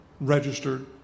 registered